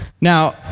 now